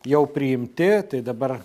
jau priimti tai dabar